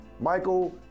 Michael